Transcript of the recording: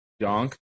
donk